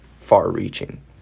far-reaching